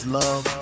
love